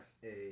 Hey